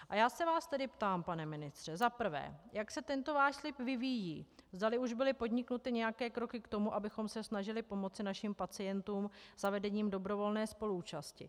A já se vás tedy ptám, pane ministře, za prvé, jak se tento váš slib vyvíjí, zdali už byly podniknuty nějaké kroky k tomu, abychom se snažili pomoci našim pacientům zavedením dobrovolné spoluúčasti.